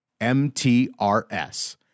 MTRS